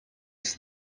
στην